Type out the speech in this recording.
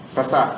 Sasa